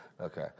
Okay